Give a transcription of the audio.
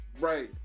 Right